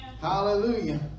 Hallelujah